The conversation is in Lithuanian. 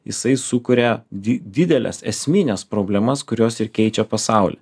jisai sukuria di dideles esmines problemas kurios ir keičia pasaulį